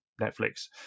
Netflix